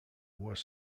was